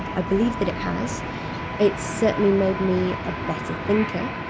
i believe that it has it certainly made me a better thinker.